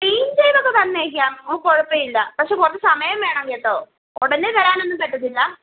clean ചെയ്തൊക്കെ തന്നേക്കാം കുഴപ്പമില്ല പക്ഷേ കുറച്ച് സമയം വേണം കേട്ടോ ഉടനെ തരാനൊന്നും പറ്റില്ല